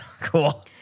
Cool